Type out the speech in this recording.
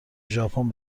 ژاپن